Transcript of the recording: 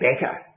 better